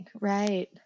right